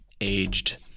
aged